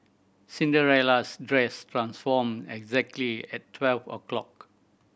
Cinderella's dress transformed exactly at twelve o' clock